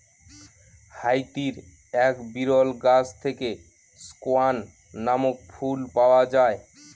হাইতির এক বিরল গাছ থেকে স্কোয়ান নামক ফুল পাওয়া যায়